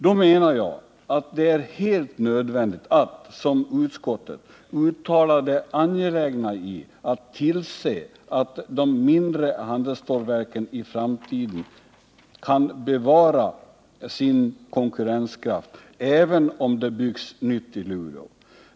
Då menar jag att det är helt nödvändigt att, som utskottet gör, uttala det angelägna i att man ser till att de mindre handelsstålverken också i framtiden kan bevara sin konkurrenskraft, även om det byggs ett nytt verk i Luleå.